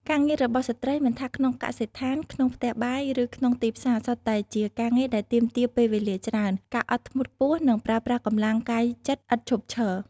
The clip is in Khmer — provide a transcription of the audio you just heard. ការងាររបស់ស្ត្រី មិនថាក្នុងកសិដ្ឋាន ក្នុងផ្ទះបាយ ឬក្នុងទីផ្សារ សុទ្ធតែជាការងារដែលទាមទារពេលវេលាច្រើន ការអត់ធ្មត់ខ្ពស់ និងប្រើប្រាស់កម្លាំងកាយចិត្តឥតឈប់ឈរ។